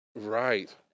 Right